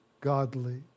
godly